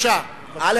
א.